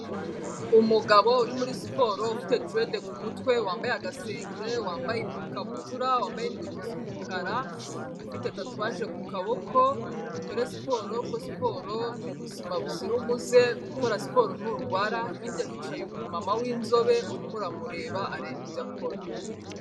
Umugabo uri muri siporo ufite derade ku mutwe, wambaye agasengeri, wambaye ikabutura, wambaye n'inkweto z'umukara, ufite tatuwaje ku kaboko. Dukore siporo kuko siporo ni ubuzima buzira umuze, ukora siporo nturwara, hirya hicaye umumama w'inzobe urimo uramureba areba ibyo akora.